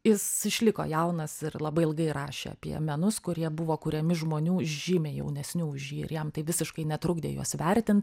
jis išliko jaunas ir labai ilgai rašė apie menus kurie buvo kuriami žmonių žymiai jaunesnių už jį ir jam tai visiškai netrukdė juos vertint